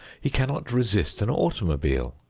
he cannot resist an automobile.